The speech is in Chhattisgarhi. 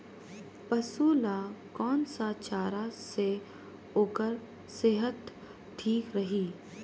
पशु ला कोन स चारा से ओकर सेहत ठीक रही?